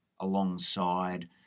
alongside